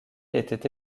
était